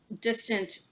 distant